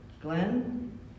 Glenn